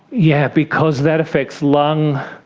yeah because that affects lung,